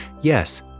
Yes